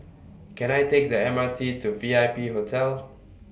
Can I Take The M R T to V I P Hotel